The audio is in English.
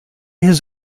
his